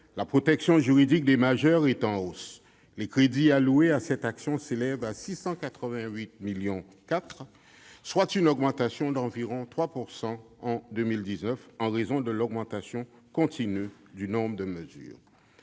la protection juridique des majeurs est en hausse. Les crédits alloués à cette action s'élèvent à 688,4 millions d'euros, soit une augmentation d'environ 3 % par rapport à 2019 due à l'augmentation continue du nombre de mesures.